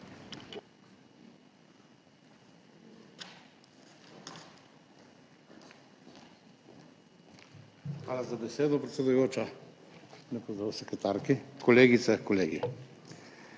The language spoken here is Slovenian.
Hvala za besedo, predsedujoča. Lep pozdrav sekretarki, kolegice in kolegi!